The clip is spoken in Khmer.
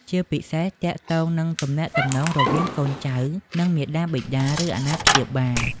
ជាពិសេសទាក់ទងនឹងទំនាក់ទំនងរវាងកូនចៅ និងមាតាបិតា ឬអាណាព្យាបាល។